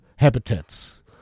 habitats